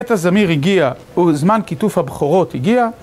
עת הזמיר הגיע, וזמן קיטוף הבכורות הגיע